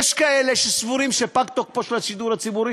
יש כאלה שסבורים שפג תוקפו של השידור הציבורי,